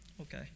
Okay